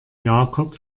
jakob